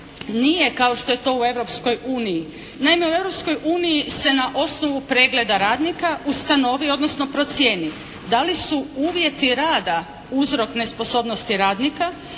uniji. Naime, u Europskoj uniji se na osnovu pregleda radnika ustanovi odnosno procijeni da li su uvjeti rada uzrok nesposobnosti radnika